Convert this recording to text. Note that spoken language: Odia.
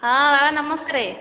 ହଁ ବାବା ନମସ୍କାରେ